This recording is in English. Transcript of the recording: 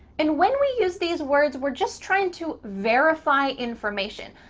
and when we use these words, we're just trying to verify information.